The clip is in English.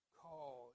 call